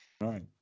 Right